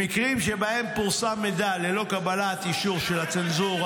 במקרים שבהם פורסם המידע ללא קבלת אישור של הצנזורה,